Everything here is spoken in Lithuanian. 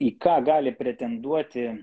į ką gali pretenduoti